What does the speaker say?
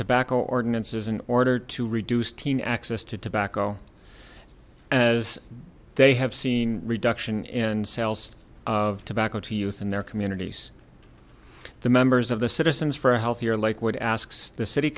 tobacco ordinances in order to reduce teen access to tobacco as they have seen reduction in sales of tobacco to youth in their communities the members of the citizens for a healthier lakewood asks the city